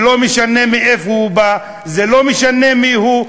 לא משנה מאיפה הוא בא, לא משנה מיהו,